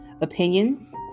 opinions